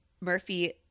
Murphy